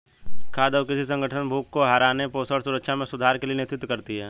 खाद्य और कृषि संगठन भूख को हराने पोषण सुरक्षा में सुधार के लिए नेतृत्व करती है